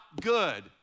good